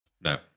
No